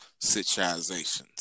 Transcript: Situations